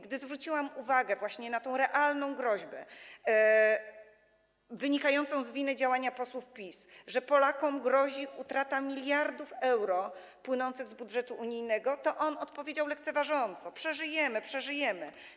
Gdy zwróciłam uwagę właśnie na tę realną groźbę wynikającą z działania posłów PiS, że Polakom grozi utrata miliardów euro płynących z budżetu unijnego, to on odpowiedział lekceważąco: przeżyjemy, przeżyjemy.